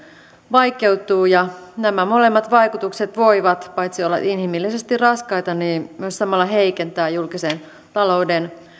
vaikeutuu nämä molemmat vaikutukset voivat paitsi olla inhimillisesti raskaita myös samalla heikentää julkisen talouden